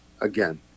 again